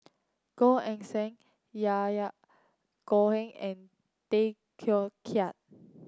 Gan Eng Seng Yahya Cohen and Tay Teow Kiat